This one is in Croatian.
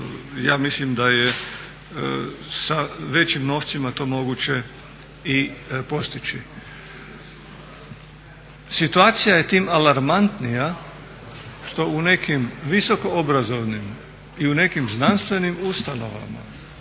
ja mislim da je sa većim novcima to moguće i postići. Situacija je time alarmantnija što u nekim visoko obrazovnim i u nekim znanstvenim ustanovama